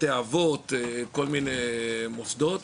בתי האבות וכל מיני מוסדות.